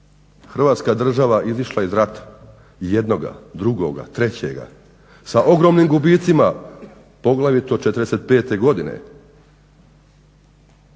Hrvatska država izišla iz rata jednoga, drugoga, trećega, sa ogromnim gubicima, poglavito '45. godine